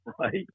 right